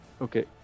Okay